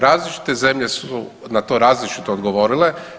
Različite zemlje su na to različito odgovorile.